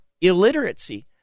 illiteracy